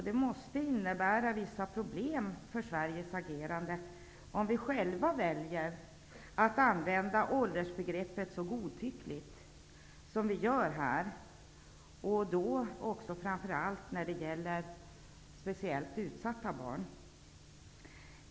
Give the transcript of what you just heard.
Det måste innebära vissa problem för Sveriges agerande om vi själva väljer att använda åldersbegreppet så godtyckligt som vi gör, och det gäller då framför allt i fråga om speciellt utsatta barn.